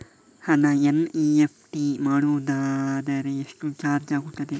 ಹಣ ಎನ್.ಇ.ಎಫ್.ಟಿ ಮಾಡುವುದಾದರೆ ಎಷ್ಟು ಚಾರ್ಜ್ ಆಗುತ್ತದೆ?